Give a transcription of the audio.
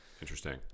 Interesting